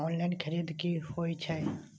Online खरीद की होए छै?